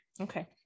okay